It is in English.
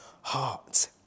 heart